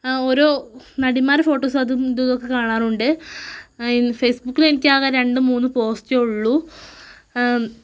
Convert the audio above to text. ഓരോ നടിമാരുടെ ഫോട്ടോസ് അതും ഇതുമൊക്കെ കാണാറുണ്ട് അതിൽ ഫേസ്ബുക്കിൽ എനിക്ക് ആകെ രണ്ട് മൂന്ന് പോസ്റ്റേ ഉള്ളൂ